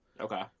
okay